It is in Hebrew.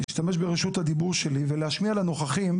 להשתמש ברשות הדיבור שלי ולהשמיע לנוכחים